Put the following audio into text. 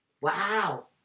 Wow